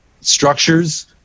structures